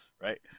right